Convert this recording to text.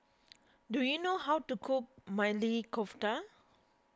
do you know how to cook Maili Kofta